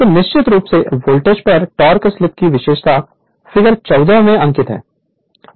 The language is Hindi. तो निश्चित वोल्टेज पर टोक़ स्लीप की विशेषता फिगर 14 में अंकित है